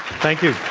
thank you,